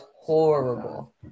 horrible